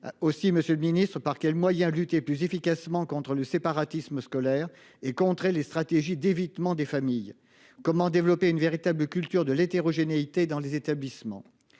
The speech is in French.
Aussi, Monsieur le Ministre, par quel moyen de lutter plus efficacement contre le séparatisme scolaire et contrer les stratégies d'évitement des familles. Comment développer une véritable culture de l'hétérogénéité dans les établissements.